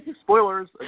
spoilers